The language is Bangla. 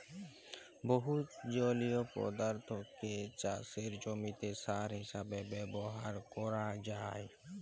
বহু জলীয় পদার্থকে চাসের জমিতে সার হিসেবে ব্যবহার করাক যায়